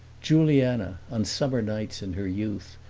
juliana, on summer nights in her youth,